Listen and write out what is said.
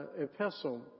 epistle